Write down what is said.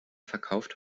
verkauft